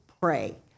pray